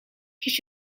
kies